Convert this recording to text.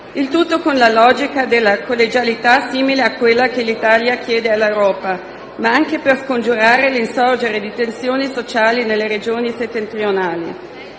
Il tutto con la logica della collegialità, simile a quella che l'Italia chiede all'Europa, ma anche per scongiurare l'insorgere di tensioni sociali nelle Regioni settentrionali.